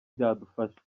byadufasha